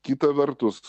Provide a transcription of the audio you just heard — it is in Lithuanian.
kita vertus